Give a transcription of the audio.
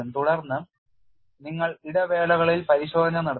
തുടർന്ന് നിങ്ങൾ ഇടവേളകളിൽ പരിശോധന നടത്തുന്നു